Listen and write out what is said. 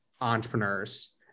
entrepreneurs